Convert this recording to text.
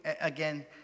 again